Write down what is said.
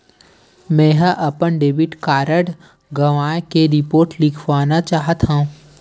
मेंहा अपन debit card गवाए के रिपोर्ट लिखना चाहत हव